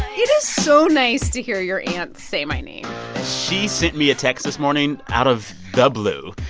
it is so nice to hear your aunt say my name she sent me a text this morning out of the blue.